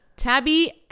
Tabby